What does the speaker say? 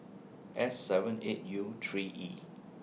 S seven eight U three E